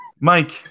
Mike